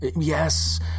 Yes